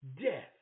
death